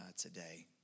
today